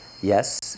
yes